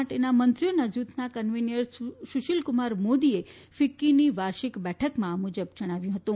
માટેના મંત્રીઓના જૂથના કન્વીનર સુશીલક્રમાર મોદીએ ફિક્કીની વાર્ષિક બેઠકમાં આ મુજબ જણાવ્યું હતું